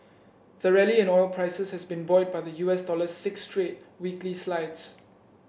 the rally in oil prices has been buoyed by the U S dollar's six straight weekly slides